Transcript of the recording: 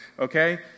okay